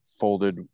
folded